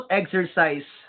exercise